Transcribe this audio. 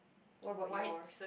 what about yours